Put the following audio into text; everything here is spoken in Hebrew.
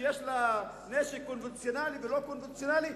שיש לה נשק קונבנציונלי ולא קונבנציונלי,